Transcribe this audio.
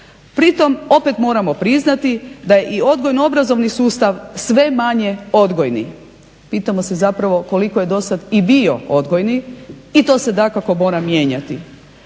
Pri tome opet moramo priznati da je i odgojno-obrazovni sustav sve manje odgojni. Pitamo se zapravo koliko je dosad i bio odgojni i to se dakako mora mijenjati.